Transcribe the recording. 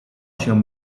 się